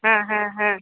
हँ हँ हँ